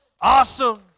Awesome